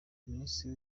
minisitiri